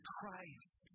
Christ